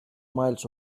miles